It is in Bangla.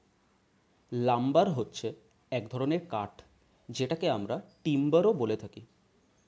লাম্বার হচ্ছে এক ধরনের কাঠ যেটাকে আমরা টিম্বারও বলে থাকি